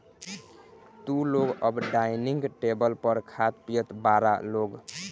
तू लोग अब डाइनिंग टेबल पर खात पियत बारा लोग